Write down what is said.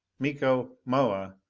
miko, moa,